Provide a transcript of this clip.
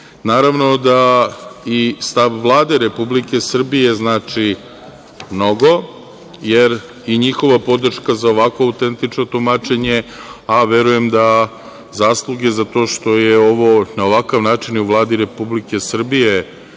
Naravno da i stav Vlade Republike Srbije znači mnogo, jer i njihova podrška za ovakvo autentično tumačenje, a verujem da zasluge za to što je ovo na ovaj način u Vladi Republike Srbije